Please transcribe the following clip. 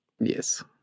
Yes